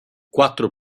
quattro